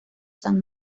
san